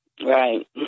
Right